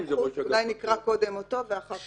אולי נקרא קודם אותו ואחר כך נחזור.